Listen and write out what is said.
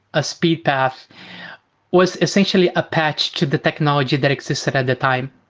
a speed path was essentially a patch to the technology that existed at the time.